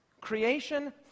creation